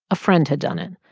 a friend had done it.